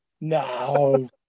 No